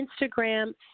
Instagram